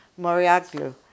Moriaglu